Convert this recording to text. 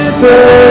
say